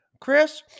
Chris